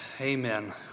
Amen